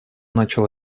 начал